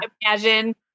imagine